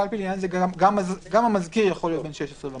לעניין זה גם המזכיר יכול להיות בן 16 ומעלה.